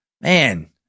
Man